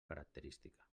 característica